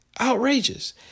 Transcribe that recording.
Outrageous